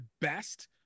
best